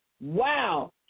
wow